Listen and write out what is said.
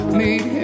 meet